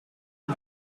een